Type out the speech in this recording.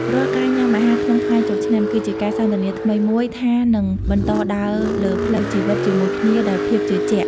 រាល់ការញ៉ាំអាហារក្នុងថ្ងៃចូលឆ្នាំ គឺជាការសន្យាថ្មីមួយថានឹងបន្តដើរលើផ្លូវជីវិតជាមួយគ្នាដោយភាពជឿជាក់។